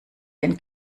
den